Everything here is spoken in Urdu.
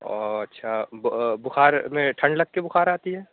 او اچھا بخار میں ٹھنڈ لگ کے بخار آتی ہے